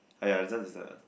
!aiya! this one is the